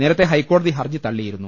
നേരത്തെ ഹൈക്കോ ടതി ഹർജി തള്ളിയിരുന്നു